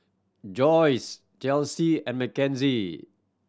Joys Chelsy and Mackenzie